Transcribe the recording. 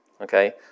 Okay